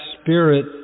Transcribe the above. spirit